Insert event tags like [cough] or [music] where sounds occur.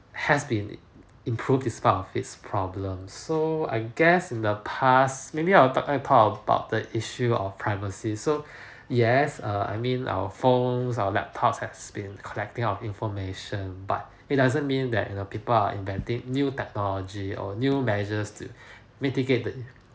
has been improve its part his problem so I guess in the past maybe I will tal~ talk about the issue of privacy so [breath] yes err I mean our phones our laptop has been collecting our information but it doesn't mean that you know people are inventing new technology or new measures to [breath] mitigate the